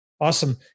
Awesome